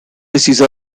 diseases